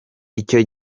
icyo